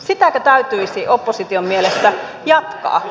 sitäkö täytyisi opposition mielestä jatkaa